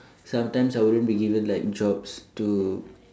sometimes I won't be given like jobs to